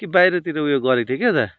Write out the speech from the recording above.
कि बाहिरतिर उयो गरेको थियो के हो दादा